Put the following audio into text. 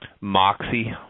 moxie